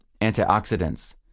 Antioxidants